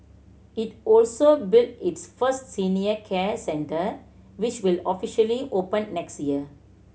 it also built its first senior care centre which will officially open next year